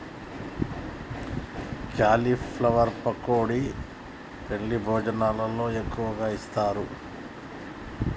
cauliflower pakodi పెండ్లి భోజనాలల్ల ఎక్కువగా చేస్తారు